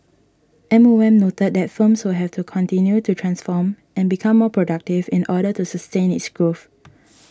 M O M noted that firms will have to continue to transform and become more productive in order to sustain this growth